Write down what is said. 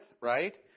right